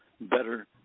better